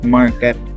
market